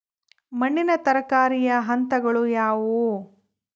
ಮಣ್ಣಿನ ತಯಾರಿಕೆಯ ಹಂತಗಳು ಯಾವುವು?